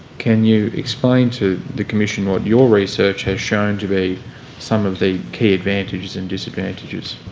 can you explain to the commission what your research has shown to be some of the key advantages and disadvantages?